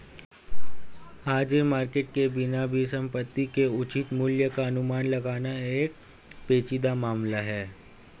हाजिर मार्केट के बिना भी संपत्ति के उचित मूल्य का अनुमान लगाना एक पेचीदा मामला होगा